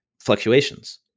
fluctuations